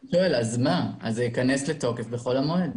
זה ייכנס לתוקף בחול המועד.